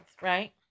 right